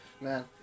man